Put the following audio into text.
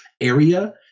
area